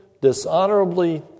dishonorably